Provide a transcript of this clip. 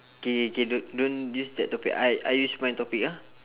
K K don~ don't use that topic I I use my topic ah